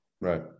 Right